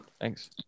Thanks